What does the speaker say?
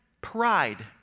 pride